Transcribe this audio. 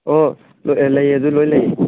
ꯑꯣ ꯂꯩ ꯂꯩ ꯑꯗꯨ ꯂꯣꯏꯅ ꯂꯩꯌꯦ